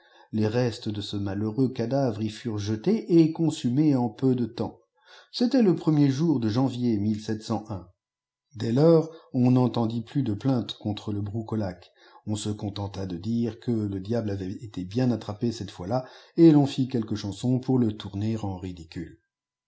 les restes de ce malheureux cadavre y furent jetés et consumés en peu de temps c'était le premier jour de janvier dès lors on n'entendit plus de plaintes contre le broucolaque on se contenta de dire quelle diable avait été bien attrapé cette fois-là et ton fit quelques chansons pour le tcmrner en ridicule